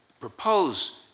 propose